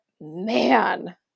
man